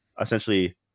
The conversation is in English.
essentially